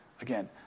Again